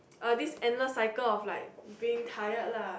uh this endless cycle of like being tired lah